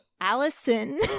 Allison